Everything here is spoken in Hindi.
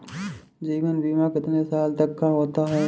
जीवन बीमा कितने साल तक का होता है?